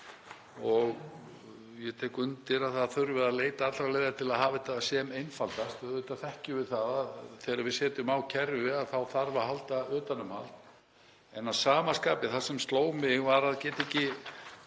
Ég tek undir að það þurfi að leita allra leiða til að hafa þetta sem einfaldast. Auðvitað þekkjum við það að þegar við setjum á kerfi þá þarf að halda utan um það. Að sama skapi var það sem sló mig að þetta er